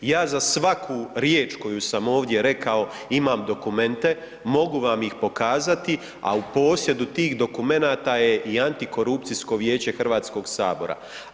Ja za svaku riječ koju sam ovdje rekao imam dokumente, mogu vam ih pokazati, a u posjedu tih dokumenata je i Antikorupcijsko vijeće HS-a.